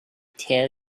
tell